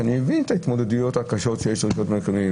כשאני מבין את ההתמודדויות הקשות שיש לרשויות מקומיות.